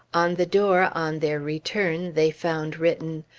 on the door, on their return, they found written,